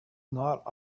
not